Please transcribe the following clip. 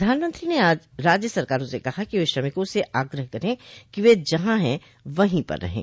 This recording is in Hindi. प्रधानमंत्री ने राज्य सरकारों से कहा कि वे श्रमिकों से आग्रह करें कि वे जहां हैं वहीं पर रहें